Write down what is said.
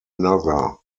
another